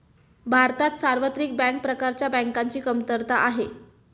भारतात सार्वत्रिक बँक प्रकारच्या बँकांची कमतरता आहे